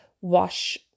wash